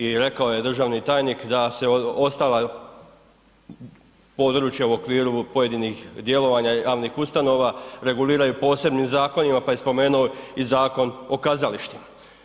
I rekao je državni tajnik da se ostala područja u okviru pojedinih djelovanja javnih ustanova reguliraju posebnim zakonima pa je spomenuo i Zakon o kazalištima.